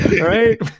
Right